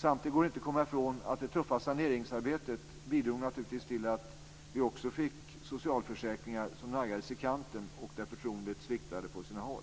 Samtidigt går det inte att komma ifrån att det tuffa saneringsarbetet bidrog till att socialförsäkringar naggades i kanten och att förtroendet på sina håll sviktade.